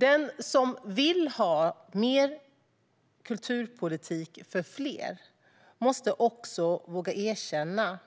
Den som vill ha mer kulturpolitik för fler måste också våga erkänna